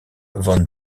von